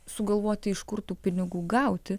sugalvoti iš kur tų pinigų gauti